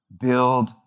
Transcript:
build